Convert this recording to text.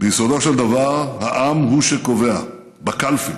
ביסודו של דבר העם הוא שקובע, בקלפי